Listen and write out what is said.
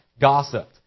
gossiped